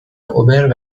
اوبر